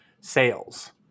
sales